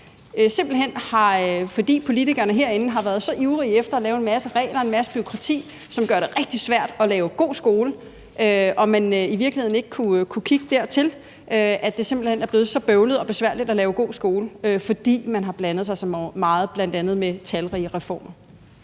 årtier simpelt hen har været så ivrige efter at lave en masse regler og en masse bureaukrati, som gør det rigtig svært at lave god skole, om man i virkeligheden ikke kunne kigge på det, altså at det simpelt hen er blevet så bøvlet og besværligt at lave god skole, fordi man har blandet sig så meget, bl.a. med talrige reformer?